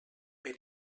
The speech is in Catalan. per